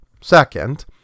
Second